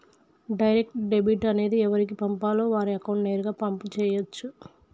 direct debit అనేది ఎవరికి పంపాలో వారి అకౌంట్ నేరుగా పంపు చేయచ్చు